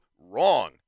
wrong